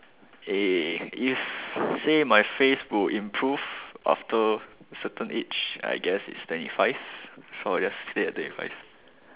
eh if say my face will improve after certain age I guess its twenty five four years ya stay at twenty five